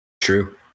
True